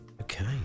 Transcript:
Okay